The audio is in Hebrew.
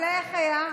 אבל איך זה היה?